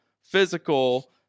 physical